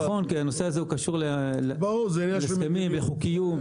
נכון, כי הנושא זה קשור להסכמים וחוקיות.